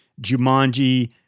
Jumanji